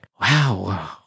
wow